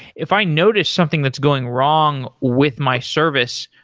if i notice something that's going wrong with my service,